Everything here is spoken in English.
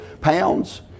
pounds